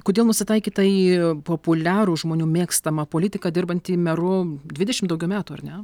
kodėl nusitaikyta į populiarų žmonių mėgstamą politiką dirbantį meru dvidešim daugiau metų ar ne